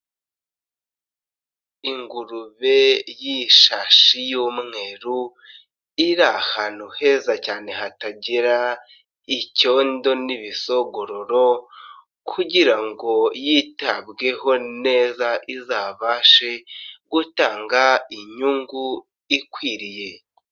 Ingurube y'ishashi y'umweru. Iri ahantu heza cyane hatagera icyondo n'ibisogororo kugira ngo yitabweho neza izabashe gutanga inyungu ikwiriye.